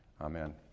Amen